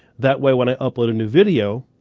that way when i upload a new video,